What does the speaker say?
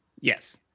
Yes